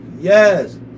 Yes